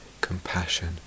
compassion